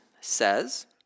says